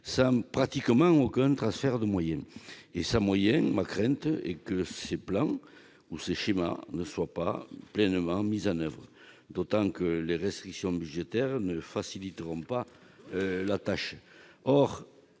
sans pratiquement aucun transfert de moyens. Et sans moyens, ma crainte est que ces schémas ou plans ne soient pas pleinement mis en oeuvre, et ce d'autant que les restrictions budgétaires ne faciliteront pas la tâche.